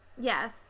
Yes